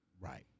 Right